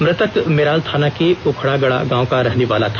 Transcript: मृतक मेराल थाना के ओखड़गाड़ा गांव का रहनेवाला था